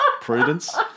Prudence